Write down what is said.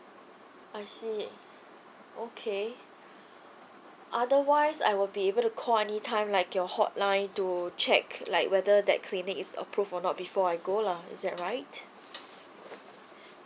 I see okay otherwise I will be able to call any time like your hotline to check like whether that clinic is approved or not before I go lah is that right